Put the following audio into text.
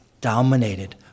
dominated